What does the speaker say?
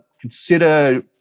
consider